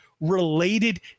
related